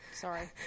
Sorry